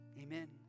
Amen